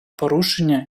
порушення